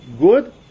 good